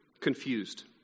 confused